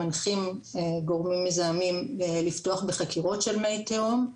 מנחים גורמים מזהמים לפתוח בחקירות של מי תהום.